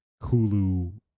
Hulu